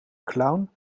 clown